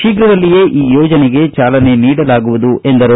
ಶೀಘದಲ್ಲಿಯೇ ಈ ಯೋಜನೆಗೆ ಚಾಲನೆ ನೀಡಲಾಗುವುದು ಎಂದರು